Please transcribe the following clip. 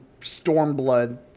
Stormblood